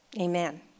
Amen